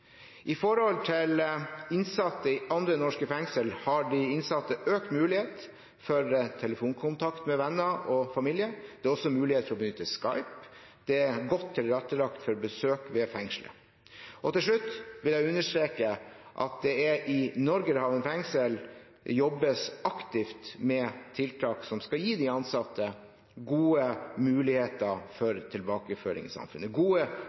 I forhold til innsatte i andre norske fengsler har de innsatte økt mulighet for telefonkontakt med venner og familie, og det er også muligheter for å benytte Skype. Det er godt tilrettelagt for besøk ved fengselet. Til slutt vil jeg understreke at det i Norgerhaven fengsel jobbes aktivt med tiltak som skal gi de innsatte gode muligheter